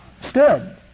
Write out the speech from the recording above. stood